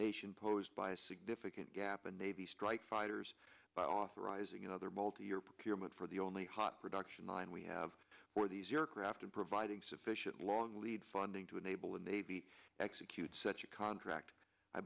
nation posed by a significant gap and maybe strike fighters by authorizing another multi year period for the only hot production line we have for these aircraft and providing sufficient long lead funding to enable the navy execute such a contract i